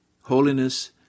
holiness